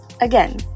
Again